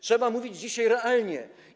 Trzeba mówić dzisiaj realnie.